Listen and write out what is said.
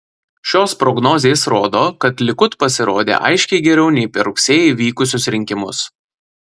šios prognozės rodo kad likud pasirodė aiškiai geriau nei per rugsėjį vykusius rinkimus